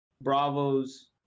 bravo's